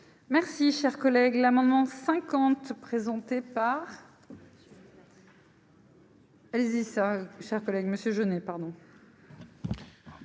Merci, chers collègues, l'amendement 50 présentée par. Elles Issa cher collègue Monsieur Jeunet pardon.